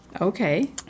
Okay